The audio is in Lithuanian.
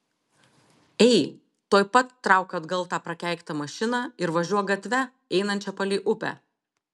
ei tuoj pat trauk atgal tą prakeiktą mašiną ir važiuok gatve einančia palei upę